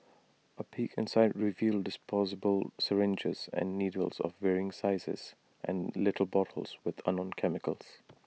A peek inside revealed disposable syringes and needles of varying sizes and little bottles with unknown chemicals